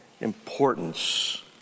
importance